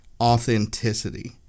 authenticity